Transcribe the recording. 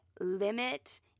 limit